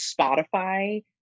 Spotify